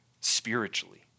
spiritually